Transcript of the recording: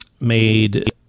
made